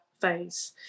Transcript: phase